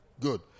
Good